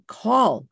call